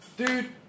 Dude